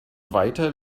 weiter